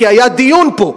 כי היה דיון פה.